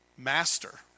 Master